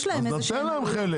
יש להם איפשהו --- אני נותן להם חלק,